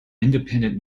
independent